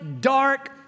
dark